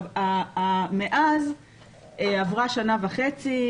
מאז עברה שנה וחצי,